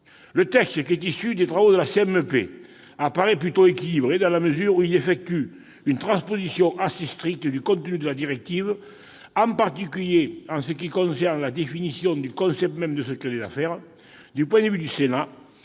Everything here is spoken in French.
Le texte issu des travaux de la commission mixte paritaire apparaît plutôt équilibré, dans la mesure où il effectue une transposition assez stricte du contenu de la directive, en particulier en ce qui concerne la définition du concept même de secret des affaires. Du point de vue du Sénat,